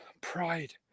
Pride